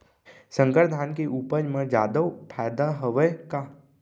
संकर धान के उपज मा जादा फायदा हवय का?